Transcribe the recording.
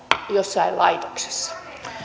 jossain laitoksessa